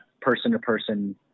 person-to-person